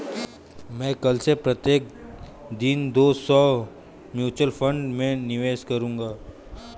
मैं कल से प्रत्येक दिन दो सौ रुपए म्यूचुअल फ़ंड में निवेश करूंगा